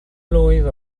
mlwydd